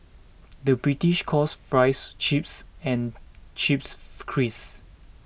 the British calls Fries Chips and chips crisps